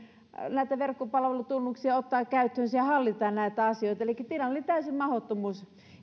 näitä verkkopalvelutunnuksia ottaa käyttöönsä ja hallita näitä asioita elikkä tilanne oli täysi mahdottomuus